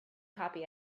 copy